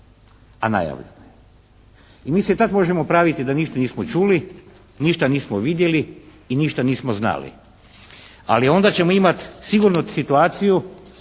a najavljeno je. I mi se tako možemo praviti da ništa nismo čuli, ništa nismo vidjeli i ništa nismo znali ali onda ćemo imati sigurno situaciju